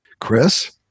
Chris